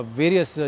various